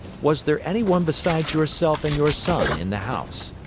was there any one besides yourself and your son in the house?